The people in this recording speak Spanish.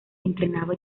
entrenaba